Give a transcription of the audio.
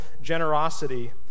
Generosity